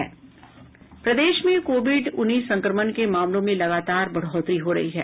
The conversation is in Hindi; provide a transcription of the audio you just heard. प्रदेश में कोविड उन्नीस संक्रमण के मामलों में लगातार बढ़ोतरी हो रही है